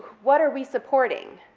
what are we supporting?